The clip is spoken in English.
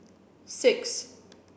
six